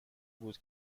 بود